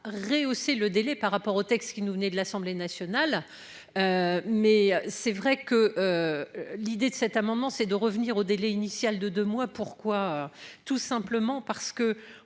rehausser le délai par rapport au texte qui nous venait de l'Assemblée nationale. Mais c'est vrai que. L'idée de cet amendement, c'est de revenir au délai initial de deux mois. Pourquoi. Tout simplement parce que